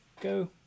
go